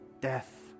death